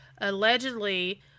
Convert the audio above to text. allegedly